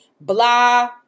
Blah